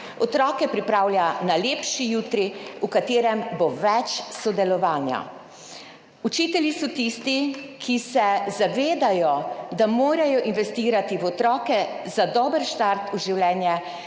Otroke pripravlja na lepši jutri, v katerem bo več sodelovanja. Učitelji so tisti, ki se zavedajo, da morajo investirati v otroke za dober štart v življenje,